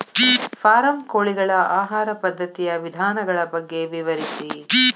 form ಕೋಳಿಗಳ ಆಹಾರ ಪದ್ಧತಿಯ ವಿಧಾನಗಳ ಬಗ್ಗೆ ವಿವರಿಸಿ